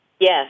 Yes